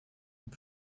dem